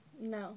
No